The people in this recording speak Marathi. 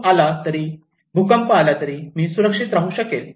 पूर आला तरी भूकंप आला तरी मी सुरक्षित राहू शकेल